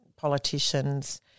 politicians